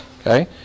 okay